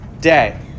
day